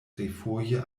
refoje